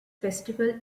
festival